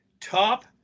top